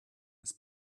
his